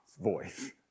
voice